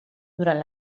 durant